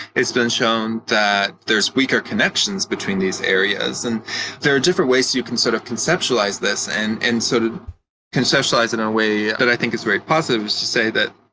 it's been shown that there's weaker connections between these areas. and there are different ways that you can sort of conceptualize this, and and so to conceptualize it in a way that i think is very positive is to say that